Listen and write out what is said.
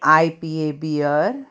I P A beer